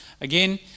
Again